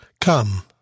Come